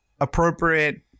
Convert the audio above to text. appropriate